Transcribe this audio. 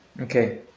okay